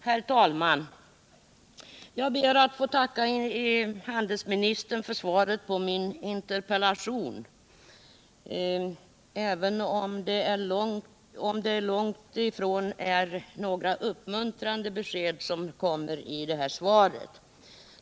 Herr talman! Jag ber att få tacka handelsministern för svaret på min interpellation, trots att det långt ifrån är några uppmuntrande besked som lämnas där.